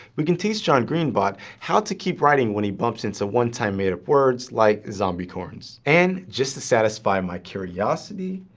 we can teach john-green-bot how to keep writing when he bumps into a one-time made-up words like zombicorns. and just to satisfy my curiosity,